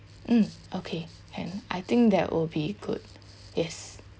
mm okay can I think that will be good yes